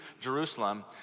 Jerusalem